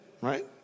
right